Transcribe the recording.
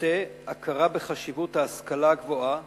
המבטא הכרה בחשיבות ההשכלה הגבוהה